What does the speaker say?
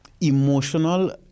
emotional